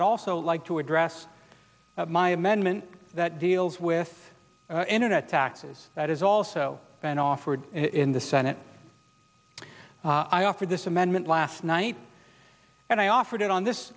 i'd also like to address my amendment that deals with internet taxes that is also been offered in the senate i offered this amendment last night and i offered it on this